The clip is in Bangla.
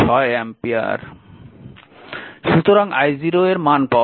সুতরাং i0 এর মান পাওয়া গেল